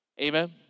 Amen